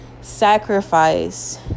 sacrifice